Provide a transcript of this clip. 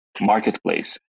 marketplace